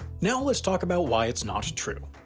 now, let's talk about why it's not true.